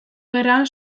gerran